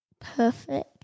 perfect